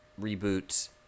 reboot